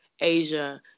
Asia